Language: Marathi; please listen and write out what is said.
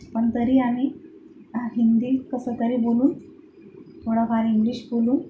पण तरी आम्ही हिंदी कसंतरी बोलून थोडंफार इंग्लिश बोलून